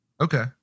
Okay